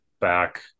back